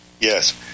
Yes